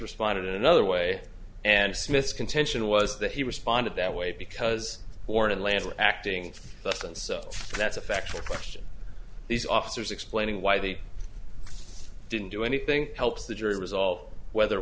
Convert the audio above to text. responded in another way and smith's contention was that he responded that way because orlando acting lessons so that's a factual question these officers explaining why they didn't do anything helps the jury resolve whether